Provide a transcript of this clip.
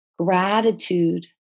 gratitude